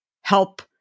help